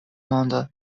mondo